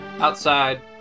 Outside